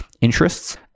interests